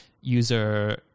user